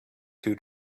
two